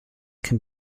can